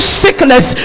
sickness